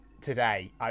today